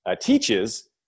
teaches